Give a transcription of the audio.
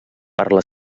parla